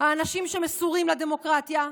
האנשים שמסורים לדמוקרטיה,